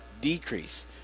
decrease